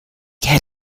had